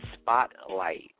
Spotlight